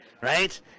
Right